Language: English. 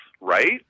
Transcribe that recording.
right